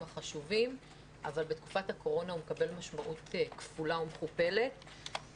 החשובים אבל בתקופת הקורונה הוא מקבל משמעות כפולה ומכופלת.